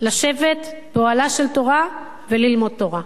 לשבת באוהלה של תורה וללמוד תורה,